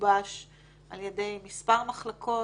שגובש על ידי מספר מחלקות,